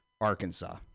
Arkansas